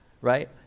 right